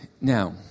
Now